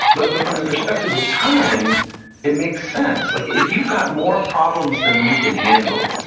but but from the perspective of tunneling it makes sense. like if you've got more problems than you can handle,